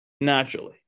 naturally